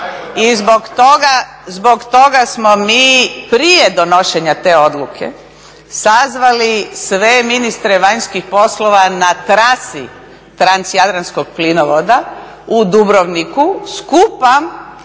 zbog toga smo mi prije donošenja te odluke sazvali sve ministre vanjskih poslova na trasi transjadranskog plinovoda u Dubrovniku, skupa